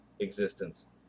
existence